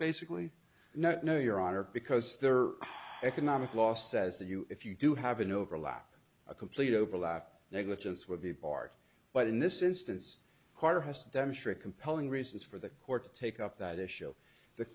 basically no no your honor because there economic law says to you if you do have an overlap a complete overlap negligence would be part but in this instance carter has to demonstrate compelling reasons for the court to take up that issue the